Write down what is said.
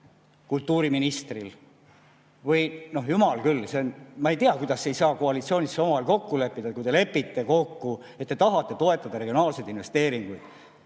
kultuuriministril või ... Jumal küll, ma ei tea, kuidas ei saa koalitsioonis omavahel kokku leppida! Kui te lepite kokku, et te tahate toetada regionaalseid investeeringuid,